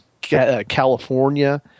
California